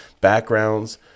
backgrounds